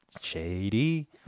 shady